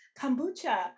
kombucha